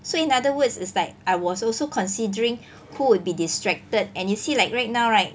so in other words it's like I was also considering who would be distracted and you see like right now right